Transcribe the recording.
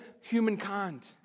humankind